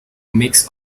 mix